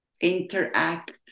interact